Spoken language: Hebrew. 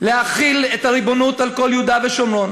להחיל את הריבונות על כל יהודה ושומרון,